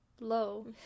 low